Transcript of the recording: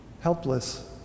Helpless